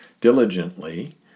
diligently